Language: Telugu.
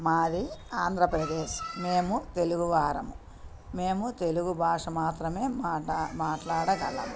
మాది ఆంధ్రప్రదేశ్ మేము తెలుగువారము మేము తెలుగు భాష మాత్రమే మాటా మాట్లాడగలం